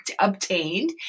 obtained